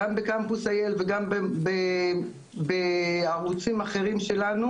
גם בקמפוס IL וגם בערוצים אחרים שלנו